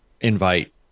invite